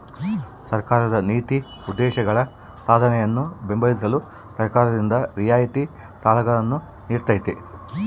ಸರ್ಕಾರದ ನೀತಿ ಉದ್ದೇಶಗಳ ಸಾಧನೆಯನ್ನು ಬೆಂಬಲಿಸಲು ಸರ್ಕಾರದಿಂದ ರಿಯಾಯಿತಿ ಸಾಲಗಳನ್ನು ನೀಡ್ತೈತಿ